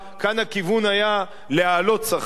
כאן בשנים האחרונות הכיוון היה להעלות שכר.